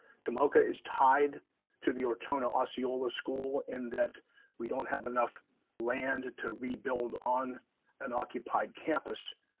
tomoka is tied to the ortona osceola school and that we don't have enough land to rebuild on an occupied campus.